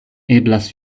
eblas